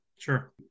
Sure